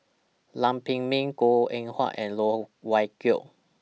Lam Pin Min Goh Eng Wah and Loh Wai Kiew